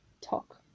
talk